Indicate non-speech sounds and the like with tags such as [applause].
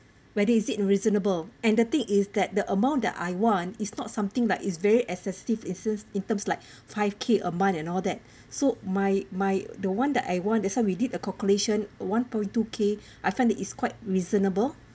whether is it reasonable and the thing is that the amount that I want is not something like is very excessive is still in terms like [breath] five K a month and all that [breath] so my my the one that I want that's how we did a calculation one point two K [breath] I find that is quite reasonable